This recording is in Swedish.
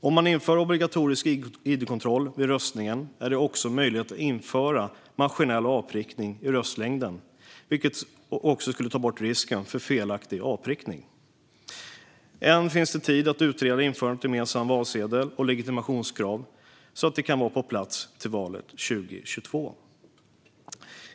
Om man inför obligatorisk id-kontroll vid röstningen är det också möjligt att införa maskinell avprickning i röstlängden, vilket skulle ta bort risken för felaktig avprickning. Än finns det tid att utreda införandet av gemensam valsedel och legitimationskrav så att det kan vara på plats till valet 2022.